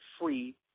free